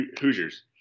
Hoosiers